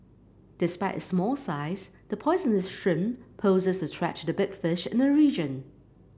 despite its small size the poisonous shrimp poses a threat to the big fish in the region